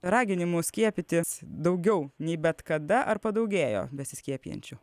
raginimo skiepytis daugiau nei bet kada ar padaugėjo besiskiepijančių